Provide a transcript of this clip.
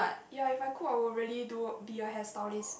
ya if I could I would really do be a hairstylist